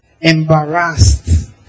embarrassed